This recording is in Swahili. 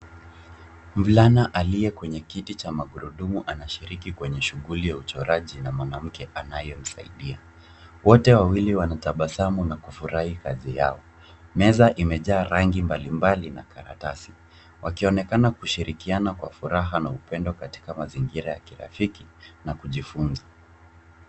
Mvulana aliye kwenye kiti cha magurudumu anashiriki kwenye shughuli ya uchoraji na mwanamke anayemsaidia. Wote wawili wanatabasamu na kufurahia kazi yao. Meza imejaa rangi mbalimbali na karatasi wakionekana kushirikiana kwa furaha na upendo katika mazingira ya kirafiki na kujifunza.